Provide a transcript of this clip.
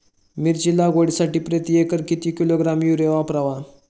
मिरची लागवडीसाठी प्रति एकर किती किलोग्रॅम युरिया वापरावा?